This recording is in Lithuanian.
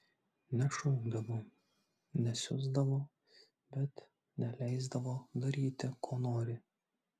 nešaukdavo nesiusdavo bet neleisdavo daryti ko nori